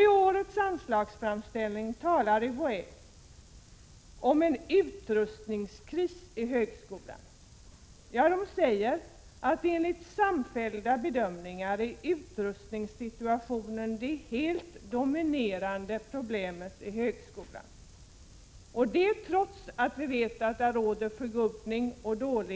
I årets anslagsframställning talar UHÄ om en utrustningskris i högskolan och säger att utrustningssituationen enligt samfällda bedömningar är det helt dominerande problemet i högskolan. Trots att där råder ”förgubbning” och lönen